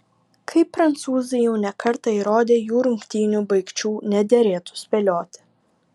kaip prancūzai jau ne kartą įrodė jų rungtynių baigčių nederėtų spėlioti